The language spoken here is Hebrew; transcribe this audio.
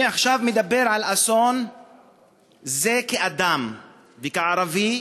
אני עכשיו מדבר על אסון זה כאדם וכערבי,